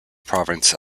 province